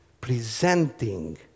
presenting